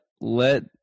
Let